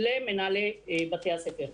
של מנהלי בתי הספר.